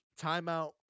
timeout